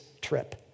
trip